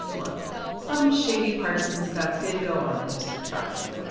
look some shady partisan stuff did go on in district five,